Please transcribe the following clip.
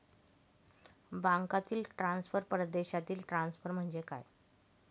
बँकांतील ट्रान्सफर, परदेशातील ट्रान्सफर म्हणजे काय?